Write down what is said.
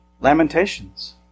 Lamentations